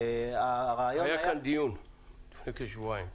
היה כאן דיון לפני כשבועיים.